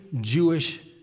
Jewish